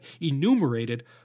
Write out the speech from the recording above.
enumerated